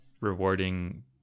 rewarding